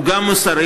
הוא גם מוסרי,